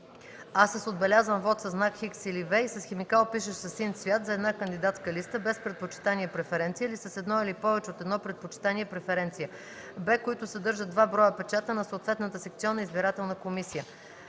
а) с отбелязан вот със знак „Х” или „V” и с химикал, пишещ със син цвят, за една кандидатска листа, без предпочитание (преференция) или с едно или повече от едно предпочитание (преференция); б) които съдържат два броя печата на съответната секционна избирателна комисия.